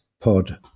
Pod